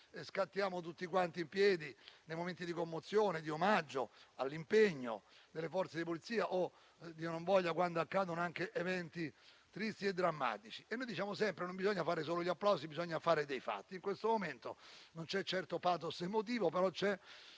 scattiamo tutti quanti in piedi nei momenti di commozione e di omaggio all'impegno delle Forze di polizia o - Dio non voglia - quando accadono eventi tristi e drammatici. Noi diciamo sempre che non bisogna limitarsi agli applausi, ma bisogna passare ai fatti. In questo momento non c'è certo *pathos* emotivo, ma ci